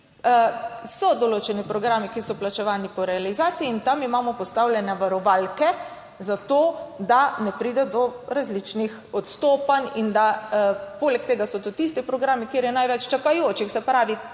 So določeni programi, ki so plačevani po realizaciji in tam imamo postavljene varovalke, zato, da ne pride do različnih odstopanj in da poleg tega so to tisti programi, kjer je največ čakajočih. Se pravi, tam,